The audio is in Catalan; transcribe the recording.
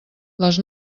les